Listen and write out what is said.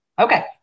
Okay